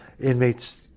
inmates